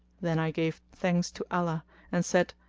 then i gave thanks to allah and said,